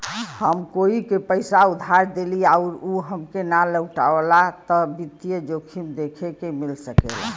हम कोई के पइसा उधार देली आउर उ हमके ना लउटावला त वित्तीय जोखिम देखे के मिल सकला